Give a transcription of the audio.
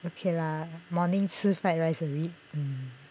okay lah morning 吃 fried rice 很离 um